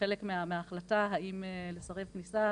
חלק מההחלטה האם לסרב כניסה